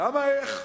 גם ה"איך",